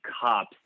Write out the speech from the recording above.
cops